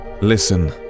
Listen